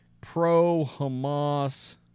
Pro-Hamas